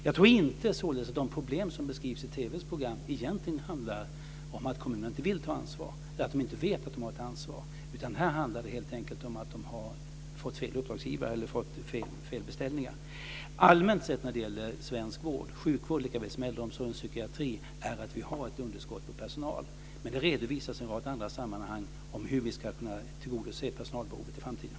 Jag tror således inte att de problem som beskrivs i TV:s program egentligen handlar om att kommunerna inte vill ta ansvar eller om att de inte vet att de har ett ansvar, utan det handlar helt enkelt om att de har fått fel uppdragstagare eller om att det har blivit fel beställningar. Allmänt sett har vi i svensk vård - sjukvård lika väl som äldreomsorg och psykiatri - ett underskott på personal. Men det redovisas i en rad andra sammanhang hur vi ska kunna tillgodose personalbehovet i framtiden.